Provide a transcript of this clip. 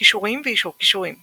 כישורים ואישור כישורים